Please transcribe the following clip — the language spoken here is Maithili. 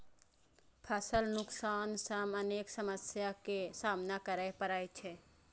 फसल नुकसान सं अनेक समस्या के सामना करै पड़ै छै